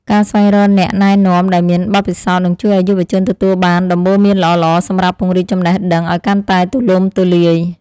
ការស្វែងរកអ្នកណែនាំដែលមានបទពិសោធន៍នឹងជួយឱ្យយុវជនទទួលបានដំបូន្មានល្អៗសម្រាប់ពង្រីកចំណេះដឹងឱ្យកាន់តែទូលំទូលាយ។